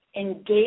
engage